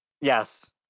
Yes